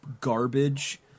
garbage